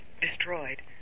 destroyed